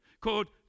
called